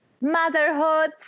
Motherhood